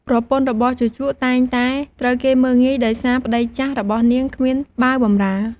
ប្រពន្ធរបស់ជូជកតែងតែត្រូវគេមើលងាយដោយសារប្តីចាស់របស់នាងគ្មានបាវបំរើ។